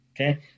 Okay